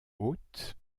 hautes